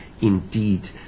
indeed